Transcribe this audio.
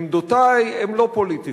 עמדותי הן לא פוליטיקה,